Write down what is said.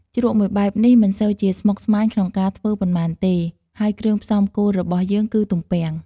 ជ្រក់មួយបែបនេះមិនសូវជាស្មុគស្មាញក្នុងការធ្វើប៉ុន្មានទេ ហើយគ្រឿងផ្សំគោលរបស់យើងគឺទំពាំង។